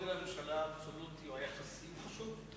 גודל הממשלה האבסולוטי או היחסי חשוב.